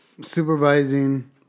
supervising